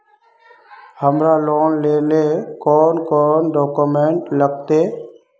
हमरा लोन लेले कौन कौन डॉक्यूमेंट लगते?